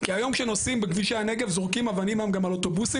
כי היום שנוסעים בכבישי הרכב זורקים גם על אוטובוסים